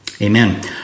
Amen